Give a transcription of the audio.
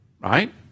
Right